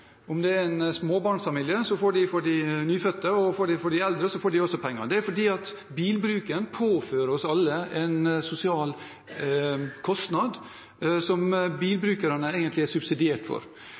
Om det er en småbarnsfamilie, får de for de nyfødte, og om de er eldre, får også de penger. Det er fordi bilbruken påfører oss alle en sosial kostnad som